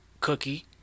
cookie